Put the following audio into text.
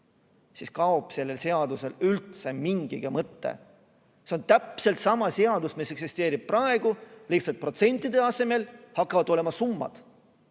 Siis kaob sellelt seaduselt üldse mingigi mõte. See on täpselt sama seadus, mis eksisteerib praegu, lihtsalt protsentide asemel hakkavad olema summad.